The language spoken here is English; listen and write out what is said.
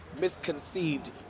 Misconceived